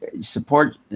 support